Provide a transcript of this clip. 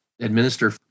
administer